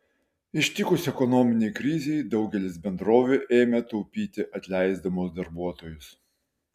ištikus ekonominei krizei daugelis bendrovių ėmė taupyti atleisdamos darbuotojus